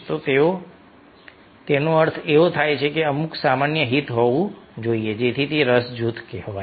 તો તેનો અર્થ એવો થાય છે કે અમુક સામાન્ય હિત હોવું જોઈએ જેથી તે રસ જૂથ કહેવાય